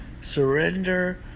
Surrender